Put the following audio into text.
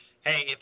Hey